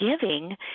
giving